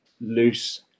loose